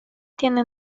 tiene